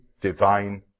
divine